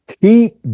keep